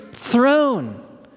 Throne